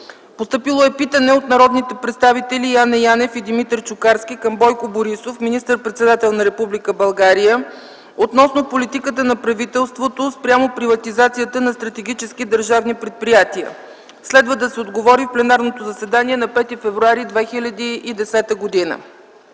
2010 г.; - от народните представители Яне Янев и Димитър Чукарски към Бойко Борисов – министър-председател на Република България, относно политиката на правителството спрямо приватизацията на стратегически държавни предприятия. Следва да се отговори в пленарното заседание на 5 февруари 2010 г.;